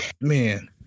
man